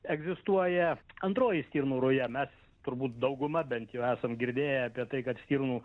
egzistuoja antroji stirnų ruja mes turbūt dauguma bent jau esam girdėję apie tai kad stirnų